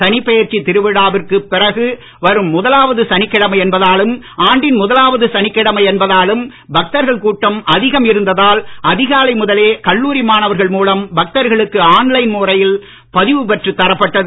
சனிப்பெயர்ச்சி திருவிழாவிற்குப் பின் வரும் முதலாவது சனிக்கிழமை என்பதாலும் ஆண்டின் முதலாவது சனிக்கிழமை என்பதாலும் பக்தர்கள் கூட்டம் அதிகம் இருந்ததால் அதிகாலை முதலே கல்லூரி மாணவர்கள் மூலம் பக்தர்களுக்கு ஆன்லைன் முறையில் பதிவு பெற்றுத் தரப்பட்டது